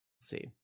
see